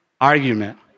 argument